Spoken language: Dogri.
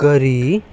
करी